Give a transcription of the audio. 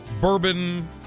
bourbon